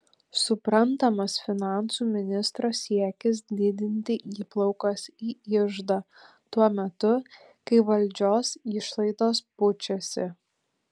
suprantamas finansų ministro siekis didinti įplaukas į iždą tuo metu kai valdžios išlaidos pučiasi